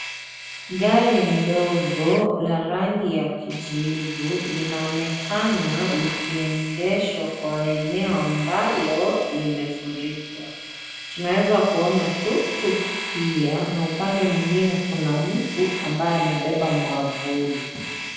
Gari ndogo la rangi ya kijivu linaonekana likiendeshwa kwa eneo ambalo limefurikwa. Tunaeza kuona tuktuk pia na upande mwingine kuna mtu ambaye amebeba mwavuli.